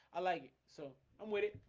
i like it. so i'm with it.